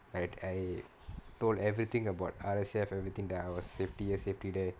like I told everything about R_S_F everything that uh was safety here safety there